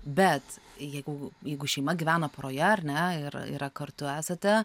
bet jeigu jeigu šeima gyvena poroje ar ne ir yra kartu esate